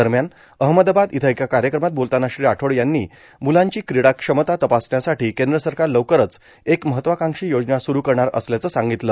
दरम्यान अहमदाबाद इथं एका कार्यक्रमात बोलताना श्री राठोड यांनी मुलांची कीडा क्षमता तपासण्यासाठी केंद्र सरकार लवकरच एक महत्वाकांक्षी योजना सुरू करणार असल्याचं सांगितलं